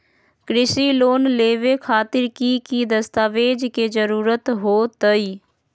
कृषि लोन लेबे खातिर की की दस्तावेज के जरूरत होतई?